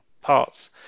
parts